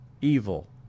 evil